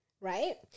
Right